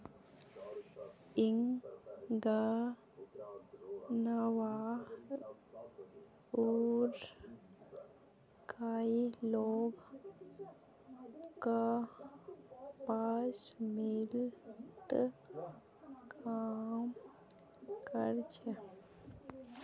ई गांवउर कई लोग कपास मिलत काम कर छे